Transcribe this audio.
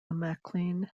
maclean